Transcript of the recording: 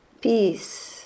peace